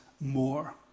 more